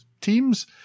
teams